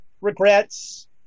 Regrets